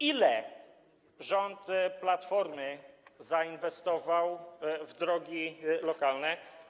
Ile rząd Platformy zainwestował w drogi lokalne?